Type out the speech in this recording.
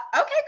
okay